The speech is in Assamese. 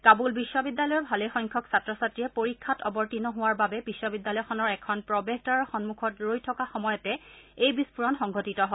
কাবুল বিশ্ববিদ্যালয়ৰ ভালেসংখ্যক ছাত্ৰ ছাত্ৰীয়ে পৰীক্ষাত অৱতীৰ্ণ হোৱাৰ বাবে বিশ্ববিদ্যালয়খনৰ এখন প্ৰৱেশদ্বাৰৰ সন্মুখত ৰৈ থকা সময়তে এই বিস্ফোৰণ সংঘটিত হয়